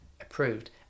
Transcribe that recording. approved